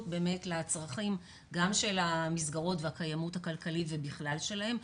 לצרכים גם של המסגרות והקיימות הכלכלית ובכלל שלהם,